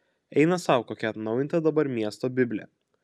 eina sau kokia atnaujinta dabar miesto biblė